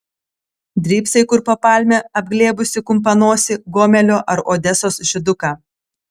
drybsai kur po palme apglėbusi kumpanosį gomelio ar odesos žyduką